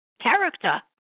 character